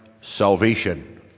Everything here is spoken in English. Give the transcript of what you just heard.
salvation